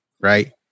right